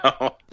No